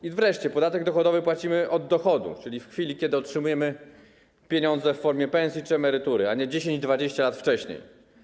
I wreszcie podatek dochodowy płacimy od dochodu, czyli w chwili kiedy otrzymujemy pieniądze w formie pensji czy emerytury, a nie 10, 20 lat wcześniej.